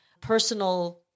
personal